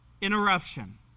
interruption